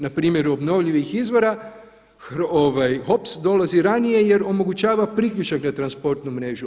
Na primjer od obnovljivih izvora HOPS dolazi ranije jer omogućava priključak na transportnu mrežu.